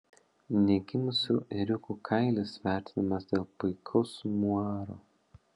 negimusių ėriukų kailis vertinamas dėl puikaus muaro